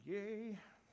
Yay